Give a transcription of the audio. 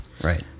Right